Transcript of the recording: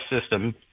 system